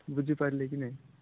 ବୁଝି ପାରିଲେ କି ନାଇଁ